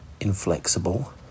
inflexible